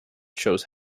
shows